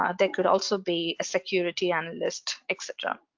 ah there could also be a security analyst etc,